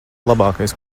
labākais